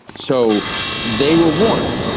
so they were warned.